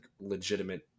legitimate